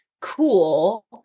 cool